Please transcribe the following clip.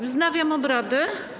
Wznawiam obrady.